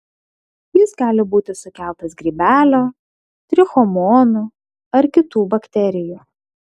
jis gali būti sukeltas grybelio trichomonų ar kitų bakterijų